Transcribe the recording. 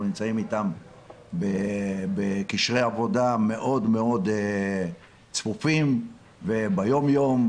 נמצאים איתם בקשרי עבודה מאוד מאוד צפופים וביום יום,